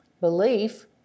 Belief